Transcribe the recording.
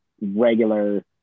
regular